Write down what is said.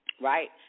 Right